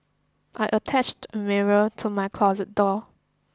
I attached a mirror to my closet door